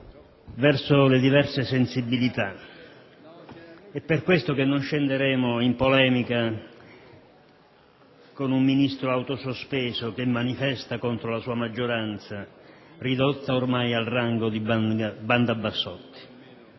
verso le diverse sensibilità. È per questo che non scenderemo in polemica con un Ministro autosospeso che manifesta contro la sua maggioranza, ridotta ormai alla rango di Banda Bassotti.